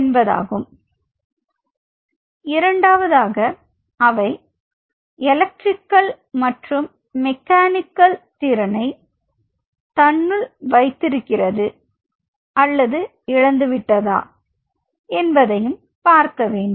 என்பது இரண்டாவதாக அவை எலக்ட்ரிக்கல் மற்றும் மெக்கானிக்கல் திறனை தன்னுள் வைத்திருக்கிறது அல்லது இழந்து விட்டதா என்பதையும் பார்க்க வேண்டும்